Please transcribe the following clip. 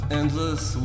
endless